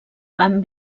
van